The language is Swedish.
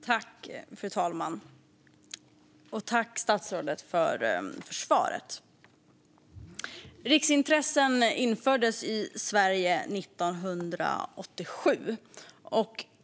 Fru talman! Tack, statsrådet, för svaret! Riksintressen infördes i Sverige 1987.